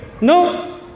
No